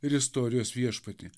ir istorijos viešpatį